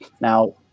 Now